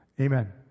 Amen